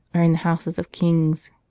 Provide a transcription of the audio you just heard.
are in the houses of kings